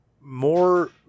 more